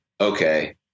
Okay